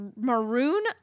maroon